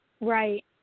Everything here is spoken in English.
Right